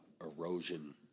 erosion